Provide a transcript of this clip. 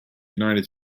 united